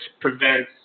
prevents